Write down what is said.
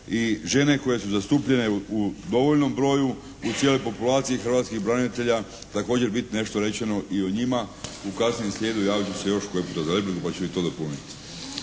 i žene koje su zastupljene u dovoljnom broju u cijeloj populaciji hrvatskih branitelja također bit nešto rečeno i o njima. U kasnijem sljedu javit ću se još koji puta za repliku pa ću i to dopuniti.